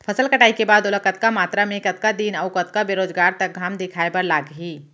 फसल कटाई के बाद ओला कतका मात्रा मे, कतका दिन अऊ कतका बेरोजगार तक घाम दिखाए बर लागही?